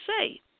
say